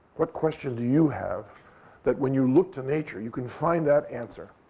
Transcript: what question do you have that when you look to nature, you can find that answer?